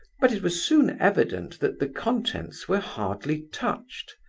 but it was soon evident that the contents were hardly touched.